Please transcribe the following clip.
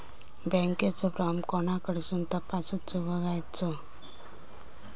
बँकेचो फार्म कोणाकडसून तपासूच बगायचा?